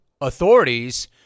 authorities